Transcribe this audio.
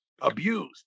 abused